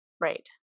Right